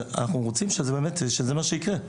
רוצים שזה מה שיקרה.